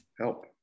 help